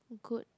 good